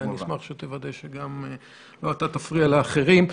ואני אשמח שתוודא שגם אתה לא תפריע לאחרים.